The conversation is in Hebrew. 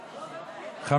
הנישואין והגירושין (רישום) (ביטול סעיף 7),